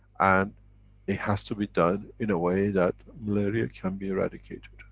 and it has to be done in a way that malaria can be eradicated.